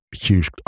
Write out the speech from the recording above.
huge